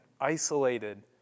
isolated